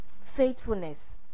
Faithfulness